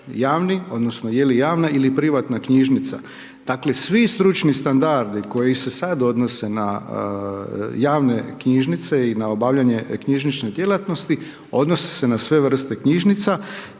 javni, odnosno, je li javna ili privatna knjižnica. Dakle, svi stručni standardi koji se sada odnose na javne knjižnice i na obavljanje knjižnice djelatnosti, odnose se na sve vrste knjižnica,